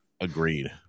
Agreed